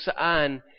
saan